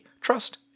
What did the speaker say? trust